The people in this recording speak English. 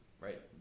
right